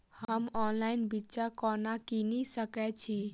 हम ऑनलाइन बिच्चा कोना किनि सके छी?